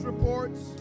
reports